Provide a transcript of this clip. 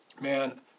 man